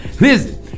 listen